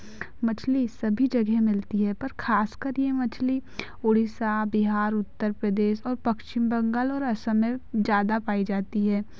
मछली सभी जगह मिलती हैं पर खासकर यह मछली उड़ीसा बिहार उतरप्रदेश और पश्चिमबंगाल और असम में ज़्यादा पाई जाती है